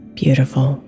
beautiful